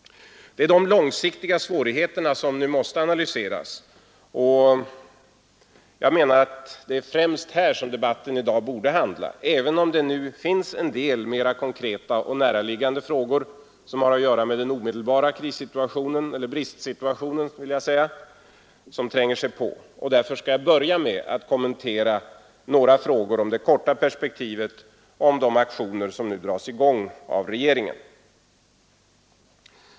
Det är de långsiktiga svårigheterna som nu måste analyseras, och jag menar att det är främst om detta som debatten i dag bör handla — även om just nu mera konkreta och näraliggande frågor som har att göra med den omedelbara bristsituationen tränger sig på. Därför skall jag börja med att kommentera några frågor om det korta perspektivet och om de aktioner som nu dras i gång av regeringen.